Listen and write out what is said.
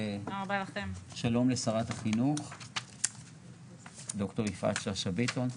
שלום לשרת החינוך ד"ר יפעת שאשא ביטון,